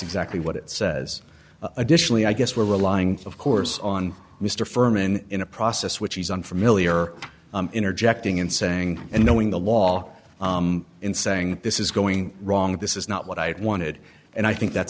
exactly what it says additionally i guess we're relying of course on mr ferman in a process which he's unfamiliar interjecting in saying and knowing the law and saying this is going wrong this is not what i wanted and i think that's